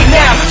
now